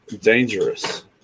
dangerous